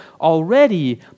already